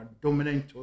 dominant